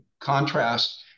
contrast